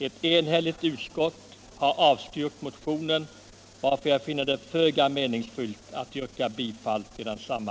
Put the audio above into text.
Ett enhälligt utskott har avstyrkt motionen, varför jag finner det föga meningsfullt att yrka bifall till densamma.